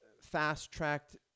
fast-tracked